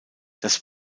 das